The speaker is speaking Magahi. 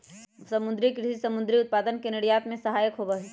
समुद्री कृषि समुद्री उत्पादन के निर्यात में सहायक होबा हई